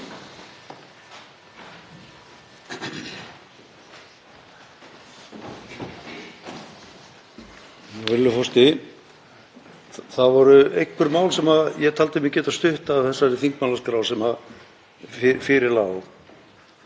Það voru einhver mál sem ég taldi mig geta stutt á þeirri þingmálaskrá sem fyrir lá.